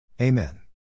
Amen